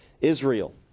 Israel